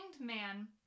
Man